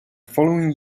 following